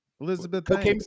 Elizabeth